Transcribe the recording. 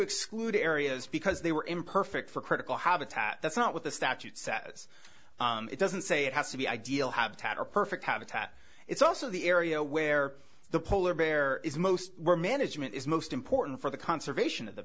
exclude areas because they were imperfect for critical habitat that's not what the statute says it doesn't say it has to be ideal habitat or perfect habitat it's also the area where the polar bear is most were management is most important for the conservation of the